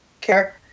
care